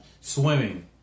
swimming